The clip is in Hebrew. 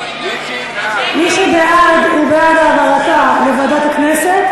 מי שבעד הוא בעד העברת ההצעה לוועדת הכנסת,